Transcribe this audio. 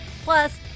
Plus